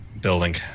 building